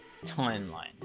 Timeline